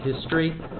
history